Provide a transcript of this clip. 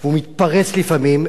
והוא מתפרץ לפעמים.